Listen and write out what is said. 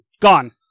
Gone